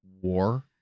war